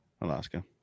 alaska